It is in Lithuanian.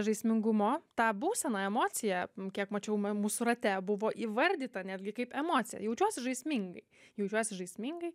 žaismingumo tą būseną emociją kiek mačiau m mūsų rate buvo įvardyta netgi kaip emocija jaučiuosi žaismingai jaučiuosi žaismingai